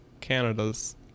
Canada's